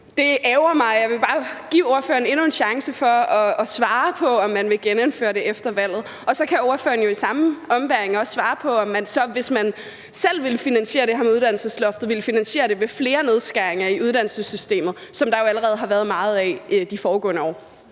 Det ærgrer mig, og jeg vil bare give ordføreren endnu en chance for at svare på, om man vil genindføre det efter et valg. Og så kan ordføreren jo i samme ombæring også svare på, om man, hvis man selv vil finansiere det, vil gøre det ved flere nedskæringer i uddannelsessystemet, som der jo allerede har været meget af i de foregående år.